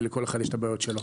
כי לכל אחד יש את הבעיות שלו.